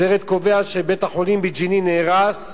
הסרט קובע שבית-החולים בג'נין נהרס,